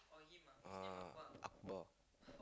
uh akbar